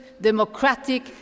democratic